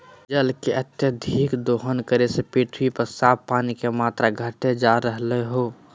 जल के अत्यधिक दोहन करे से पृथ्वी पर साफ पानी के मात्रा घटते जा रहलय हें